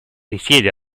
risiede